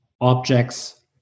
objects